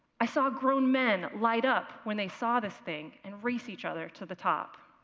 i saw grown men light up when they saw this thing and race each other to the top.